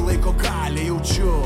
laiko galią jaučiu